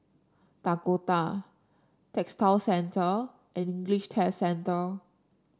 Dakota Textile Centre and English Test Centre